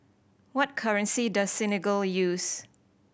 what currency does Senegal use